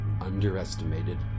underestimated